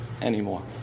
anymore